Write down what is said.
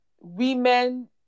women